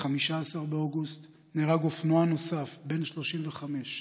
ב-15 באוגוסט נהרג אופנוען נוסף, בן 35,